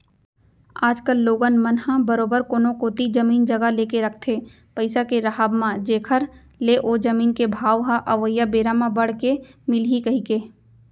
आज कल लोगन मन ह बरोबर कोनो कोती जमीन जघा लेके रखथे पइसा के राहब म जेखर ले ओ जमीन के भाव ह अवइया बेरा म बड़ के मिलही कहिके